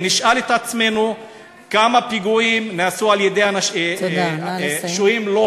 נשאל את עצמנו כמה פיגועים נעשו על-ידי שוהים לא